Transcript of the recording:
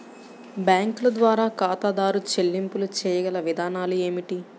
బ్యాంకుల ద్వారా ఖాతాదారు చెల్లింపులు చేయగల విధానాలు ఏమిటి?